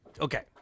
Okay